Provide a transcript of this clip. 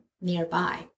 nearby